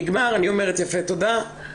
נגמר, אני אומרת יפה תודה,